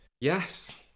Yes